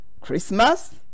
Christmas